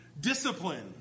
discipline